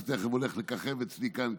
שתכף הולך לככב אצלי כאן,